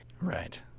Right